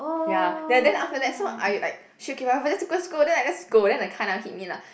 ya then after that so I like just go then I just go then the car never hit me lah